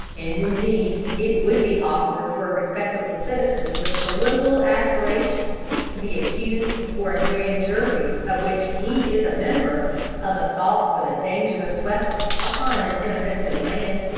and indeed it would be awkward for a respectable citizen with political aspirations to be accused before a grand jury of which he is a member of assault with a dangerous weapon upon an inoffensive man.